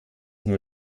nur